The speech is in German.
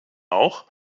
auch